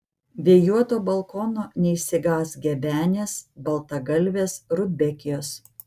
vėjuoto balkono neišsigąs gebenės baltagalvės rudbekijos